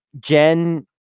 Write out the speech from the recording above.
Jen